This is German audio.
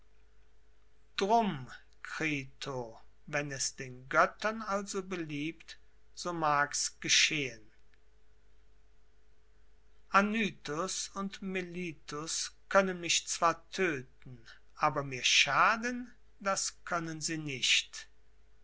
drum krito wenn es den göttern also beliebt so mag's geschehen anytus und melitus können mich zwar tödten aber mir schaden das können sie nicht